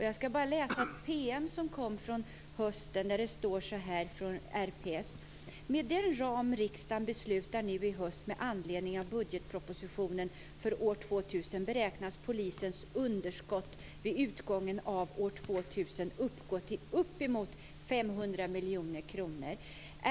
Jag ska citera ur en PM från RPS under hösten: Polisens underskott vid utgången av år 2000 uppgå till uppemot 500 miljoner kronor.